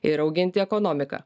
ir auginti ekonomiką